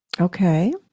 Okay